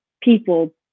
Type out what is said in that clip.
people